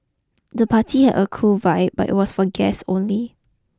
the party had a cool vibe but was for guests only